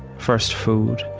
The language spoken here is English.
first food,